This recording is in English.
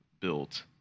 built